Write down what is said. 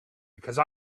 because